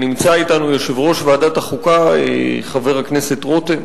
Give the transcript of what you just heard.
נמצא אתנו יושב-ראש ועדת החוקה, חבר הכנסת רותם,